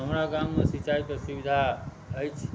हमरा गाममे सिंचाइके सुविधा अछि